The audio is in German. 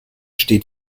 stehen